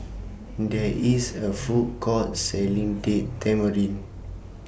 There IS A Food Court Selling Date Tamarind